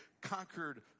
conquered